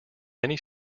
many